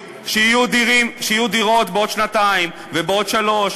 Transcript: שיהיו דירות בעוד שנתיים ובעוד שלוש,